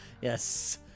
Yes